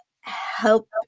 help